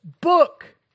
book